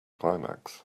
climax